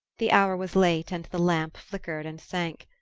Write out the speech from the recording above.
the hour was late and the lamp flickered and sank.